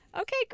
Okay